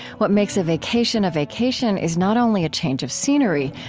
what makes a vacation a vacation is not only a change of scenery,